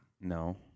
No